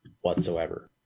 whatsoever